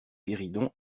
guéridon